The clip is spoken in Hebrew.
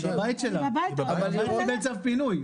היא בצו פינוי.